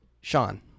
Sean